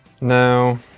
No